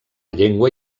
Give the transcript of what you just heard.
llengua